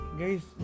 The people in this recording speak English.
guys